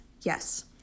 yes